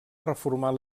reformar